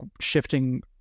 shifting